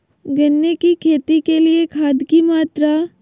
गन्ने की खेती के लिए खाद की मात्रा?